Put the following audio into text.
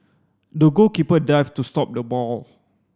the goalkeeper dived to stop the ball